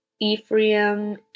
Ephraim